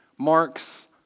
Mark's